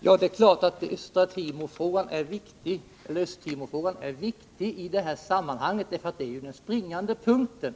Herr talman! Det är klart att Östtimorfrågan är viktig i detta sammanhang. Det är ju den springande punkten.